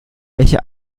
welche